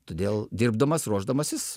todėl dirbdamas ruošdamasis